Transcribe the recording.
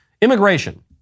Immigration